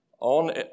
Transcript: On